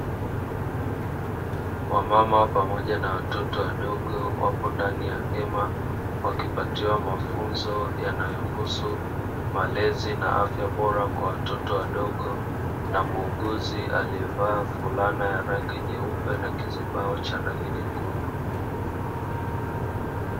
Wamama pamoja na watoto wadogo wapo ndani ya hema, wakipatiwa mafunzo yanayohusu malezi na afya bora kwa watoto wadogo, na muuguzi aliyevaa fulana ya rangi nyeupe na kizibao cha rangi nyekundu.